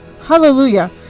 hallelujah